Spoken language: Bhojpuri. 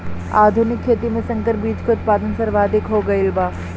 आधुनिक खेती में संकर बीज के उत्पादन सर्वाधिक हो गईल बा